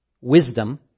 Wisdom